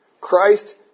Christ